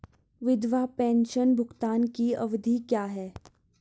विधवा पेंशन भुगतान की अवधि क्या है?